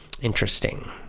Interesting